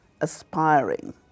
aspiring